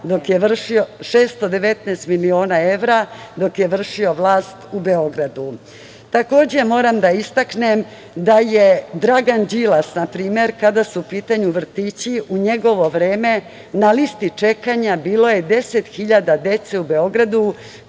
619 miliona evra, dok je vršio vlast u Beogradu. Takođe, moram da istaknem da je Dragan Đilas, na primer, kada su u pitanju vrtići, u njegovo vreme na listi čekanja bilo je 10 hiljada dece u Beogradu